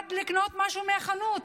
ירד לקנות משהו מהחנות,